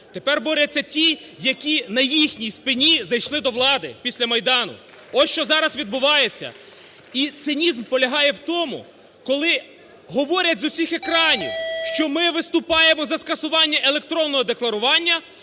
Тепер борються ті, які на їхній спині зайшли до влади після Майдану. Ось, що зараз відбувається. І цинізм полягає в тому, коли говорять з усіх екранів, що ми виступаємо за скасування електронного декларування,